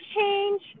change